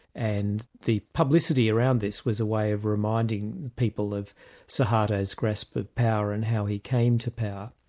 and the publicity around this was a way of reminding people of suharto's grasp of power and how he came to power.